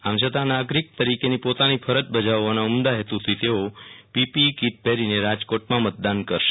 આમ છતાં નાગરિક તેરીકેની પોતાની ફરજ બેજાવવવના ઉમદા હેતુથી તેઓ પીપીઈ કિટ પહેરીને રાજકોટમાં મતદાન કરશે